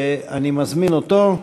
ואני מזמין אותו.